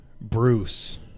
Bruce